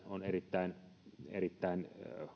on erittäin erittäin